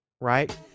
right